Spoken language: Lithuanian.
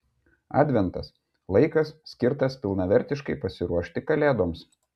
adventas laikas skirtas pilnavertiškai pasiruošti kalėdoms